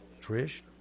Trish